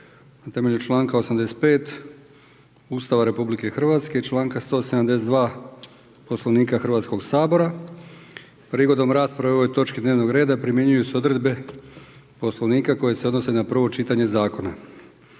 na temelju članka 85 Ustava i članka 172 Poslovnika Hrvatskog sabora. Prigodom rasprave o ovoj točki dnevnog reda primjenjuju se odredbe Poslovnika koje se odnose na prvo čitanje zakona.